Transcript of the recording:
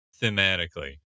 thematically